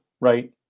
right